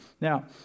Now